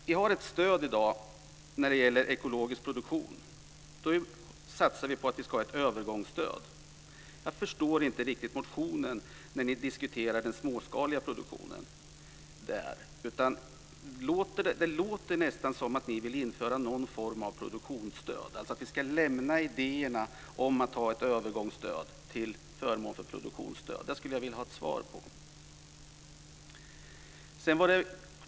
Vi har ett stöd i dag till ekologisk produktion. Då satsar vi på att vi ska ha ett övergångsstöd. Jag förstår inte riktigt motionen där ni diskuterar den småskaliga produktionen. Det låter nästan som om ni vill införa någon form av produktionsstöd, alltså att vi ska lämna idéerna om att ha ett övergångsstöd till förmån för produktionsstöd. Det skulle jag vilja ha ett svar på.